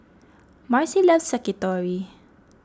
Marci loves Sakitori